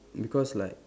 because like